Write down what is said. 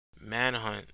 Manhunt